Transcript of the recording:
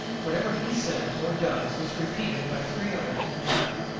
whatever he says or does is repeated by three others in turn.